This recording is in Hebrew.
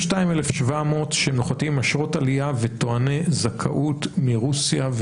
שנוחתים עם אשרות עלייה וטועני זכאות מרוסיה,